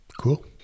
Cool